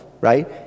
right